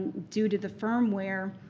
due to the firmware,